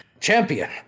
Champion